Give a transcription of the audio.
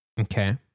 Okay